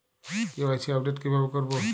KYC update কিভাবে করবো?